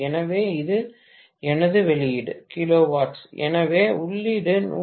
எனவே இது எனது வெளியீடு kW எனவே உள்ளீடு 150x0